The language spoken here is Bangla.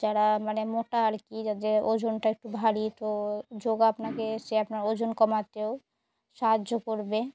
যারা মানে মোটা আর কি যাদের ওজনটা একটু ভারী তো যোগা আপনাকে সে আপনার ওজন কমাতেও সাহায্য করবে